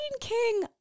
King